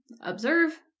observe